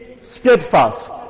steadfast